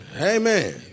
Amen